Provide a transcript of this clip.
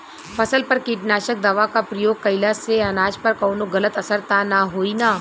फसल पर कीटनाशक दवा क प्रयोग कइला से अनाज पर कवनो गलत असर त ना होई न?